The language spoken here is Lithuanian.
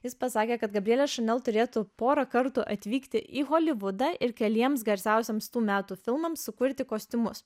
jis pasakė kad gabrielė šanel turėtų porą kartų atvykti į holivudą ir keliems garsiausiems tų metų filmams sukurti kostiumus